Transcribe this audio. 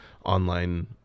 Online